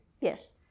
Yes